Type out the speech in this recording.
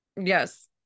Yes